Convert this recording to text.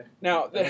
Now